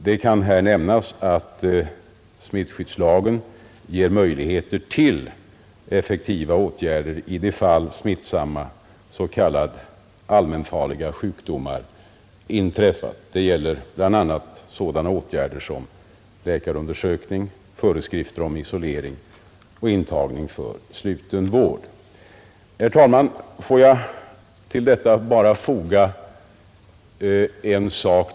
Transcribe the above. Det kan nämnas att smittskyddslagen ger möjligheter till effektiva åtgärder i de fall smittsamma s.k. allmänfarliga sjukdomar inträffar. Det gäller bl.a. sådana åtgärder som läkarundersökning, föreskrifter om isolering och intagning för sluten vård. Herr talman! Får jag till detta bara foga ytterligare en sak.